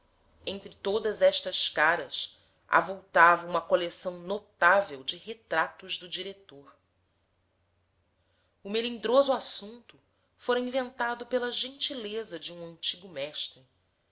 entre todas estas caras avultava uma coleção notável de retratos do diretor o melindroso assunto fora inventado pela gentileza de um antigo mestre